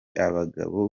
abagabo